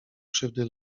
krzywdy